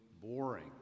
boring